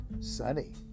Sunny